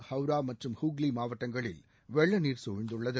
ஹவ்ரா மற்றும் ஹூக்ளி மாவட்டங்களில் வெள்ள நீர் சூழ்ந்துள்ளது